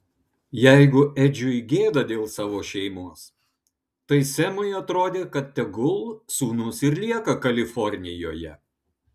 jeigu edžiui gėda dėl savo šeimos tai semui atrodė kad tegul sūnus ir lieka kalifornijoje